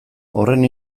horren